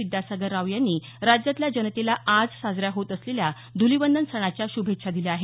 विद्यासागर राव यांनी राज्यातल्या जनतेला आज साजऱ्या होत असलेल्या धुलीवंदन सणाच्या श्भेच्छा दिल्या आहेत